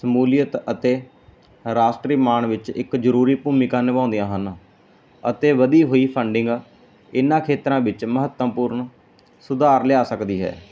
ਸਮੂਲੀਅਤ ਅਤੇ ਰਾਸ਼ਟਰੀ ਮਾਨ ਵਿੱਚ ਇੱਕ ਜਰੂਰੀ ਭੂਮਿਕਾ ਨਿਭਾਉਂਦੀਆਂ ਹਨ ਅਤੇ ਵਧੀ ਹੋਈ ਫੰਡਿੰਗ ਇਹਨਾਂ ਖੇਤਰਾਂ ਵਿੱਚ ਮਹੱਤਵਪੂਰਨ ਸੁਧਾਰ ਲਿਆ ਸਕਦੀ ਹੈ